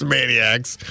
Maniacs